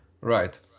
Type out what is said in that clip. Right